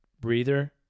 breather